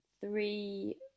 three